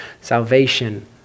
Salvation